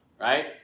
right